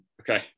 Okay